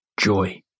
joy